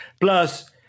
Plus